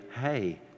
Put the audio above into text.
hey